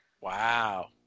Wow